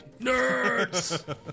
Nerds